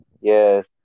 Yes